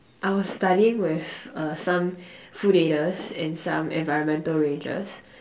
I was studying with uh some food aiders and some environmental rangers